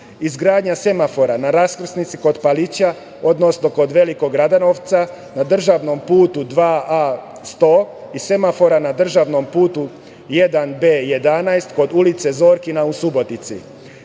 izgradnja semafora na raskrsnici kod Palića, odnosno kod Velikog Radanovca na državnom putu 2A100 i semafora na državnom putu 1V11 kod ulice Zorkina u Subotici. Dalje,